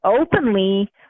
openly